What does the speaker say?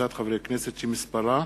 וקבוצת חברי כנסת, שמספרה